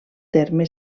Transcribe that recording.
terme